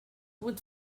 with